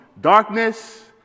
darkness